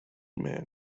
man